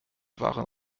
waren